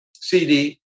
CD